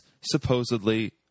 supposedly